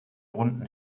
runden